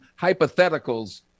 hypotheticals